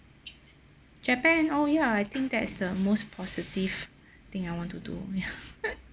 japan oh ya I think that is the most positive thing I want to do ya